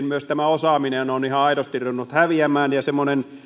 myös osaaminen on ihan aidosti ruvennut häviämään ja semmoinen